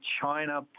China